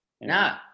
No